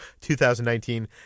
2019